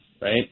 right